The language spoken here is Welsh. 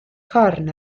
corn